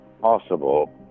possible